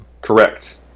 Correct